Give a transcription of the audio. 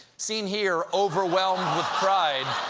seen here, overwhelmed with pride.